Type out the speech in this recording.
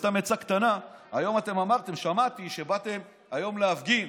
סתם עצה קטנה: שמעתי שבאתם היום להפגין